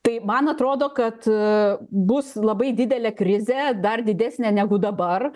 tai man atrodo kad bus labai didelė krizė dar didesnė negu dabar